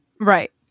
Right